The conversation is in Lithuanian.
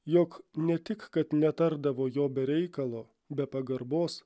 jog ne tik kad netardavo jo be reikalo be pagarbos